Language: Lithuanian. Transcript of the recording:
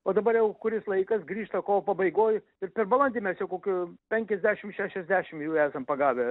o dabar jau kuris laikas grįžta kovo pabaigoj ir per balandį mes jau kokių penkiasdešim šešiasdešim jų esam pagavę